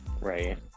right